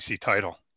title